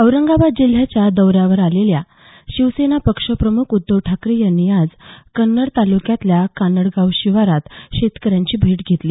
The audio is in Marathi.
औरंगाबाद जिल्ह्याच्या दौऱ्यावर आलेल्या शिवसेना पक्षप्रमुख उद्धव ठाकरे यांनी आज कन्नड तालुक्यातल्या कानडगाव शिवारात शेतकऱ्यांची भेट घेतली